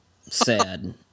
sad